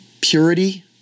purity